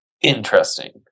Interesting